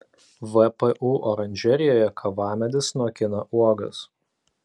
vpu oranžerijoje kavamedis nokina uogas